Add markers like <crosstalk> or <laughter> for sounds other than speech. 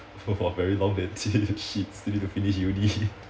!wah! very long then <laughs> shit still need to finish uni